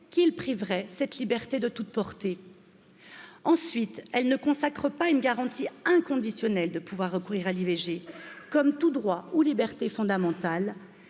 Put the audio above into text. qu'il priverait cette liberté de toute portée. Ensuite, elle ne consacre pas une garantie inconditionnelle de pouvoir recourir à l'ivg, comme droit ou liberté fondamentale.